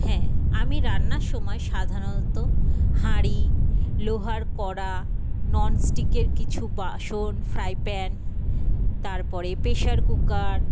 হ্যাঁ আমি রান্নার সময় সাধারণত হাঁড়ি লোহার কড়া নন স্টিকের কিছু বাসন ফ্রাই প্যান তারপরে প্রেশার কুকার